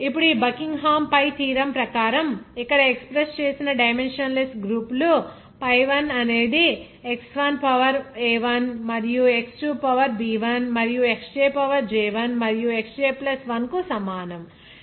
ఇప్పుడు ఈ Buckingham pi theorem ప్రకారం ఇక్కడ ఎక్స్ప్రెస్ చేసిన డైమెన్షన్ లెస్ గ్రూపులు pi I అనేది X1 పవర్ a1 కు మరియు X2 పవర్ b 1 మరియు Xj పవర్ j I మరియు Xj 1 కు సమానం